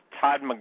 Todd